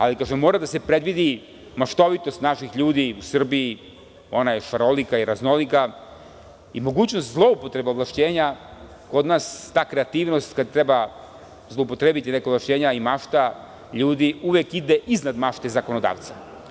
Ali kažem, mora da se predvidi maštovitost naših ljudi u Srbiji, ona je šarolika i raznolika, i mogućnost zloupotrebe ovlašćenja kod nas ta kreativnost kada treba zloupotrebiti neka ovlašćenja, i mašta ljudi, uvek ide iznad mašte zakonodavca.